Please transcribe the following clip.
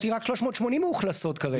יש לי רק 380 מאוכלסות כרגע.